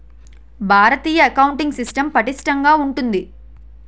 భారతీయ accounting system పటిష్టంగా ఉంటుంది